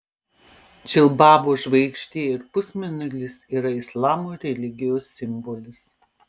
džilbabo žvaigždė ir pusmėnulis yra islamo religijos simbolis